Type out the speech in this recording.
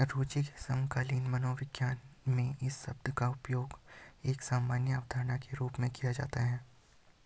रूचि के समकालीन मनोविज्ञान में इस शब्द का उपयोग एक सामान्य अवधारणा के रूप में किया जाता है